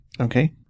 Okay